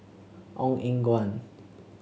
Ong Eng Guan